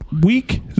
week